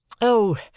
Oh